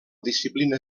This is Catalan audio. disciplina